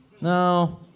No